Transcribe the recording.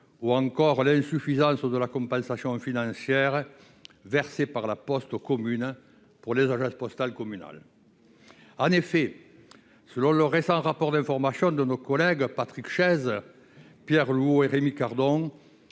ou encore l'insuffisance de la compensation financière versée par La Poste aux communes pour les agences postales communales. En effet, selon le récent rapport d'information de nos collègues Patrick Chaize, Pierre Louault et Rémi Cardon,